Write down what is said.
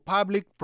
Public